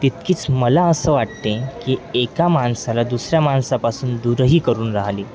तितकीच मला असं वाटते की एका माणसाला दुसऱ्या माणसापासून दूरही करून राहिली